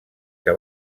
que